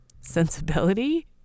sensibility